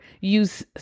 use